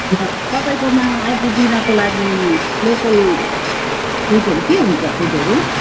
तपाईँकोमा आज डिनरको लागि लोकल फुडहरू के हुन्छ फुडहरू